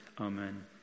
Amen